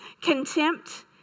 contempt